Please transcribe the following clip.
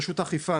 רשות האכיפה,